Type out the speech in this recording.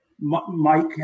Mike